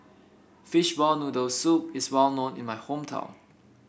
Fishball Noodle Soup is well known in my hometown